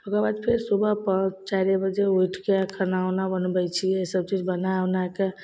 ओकरबाद फेर सुबह पाँच चारिए बजे उठिके खाना उना बनबै छिए ईसब सबचीज बनै उनैके